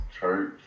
church